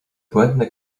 błędne